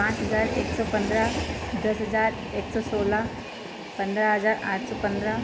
पाँच हज़ार एक सौ पंद्रह दस हज़ार एक सौ सोलह पंद्रह हज़ार आठ सौ पंद्रह